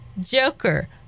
Joker